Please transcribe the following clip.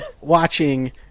watching